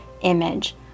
image